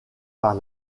par